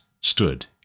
stood